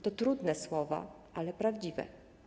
To trudne słowa, ale prawdziwe.